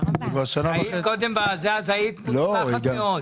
קודם היית מוצלחת מאוד.